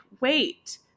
wait